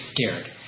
scared